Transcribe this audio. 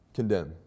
Condemn